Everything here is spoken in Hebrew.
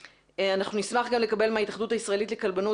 נשמח גם לקבל מההתאחדות הישראלית לכלבנות